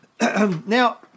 Now